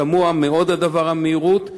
תמוה מאוד הדבר, המהירות.